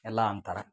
ಎಲ್ಲ ಅಂತಾರೆ